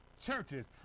churches